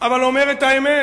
אבל אומר את האמת.